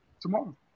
tomorrow